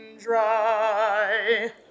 dry